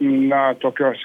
na tokios